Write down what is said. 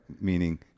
Meaning